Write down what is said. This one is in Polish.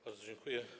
Bardzo dziękuję.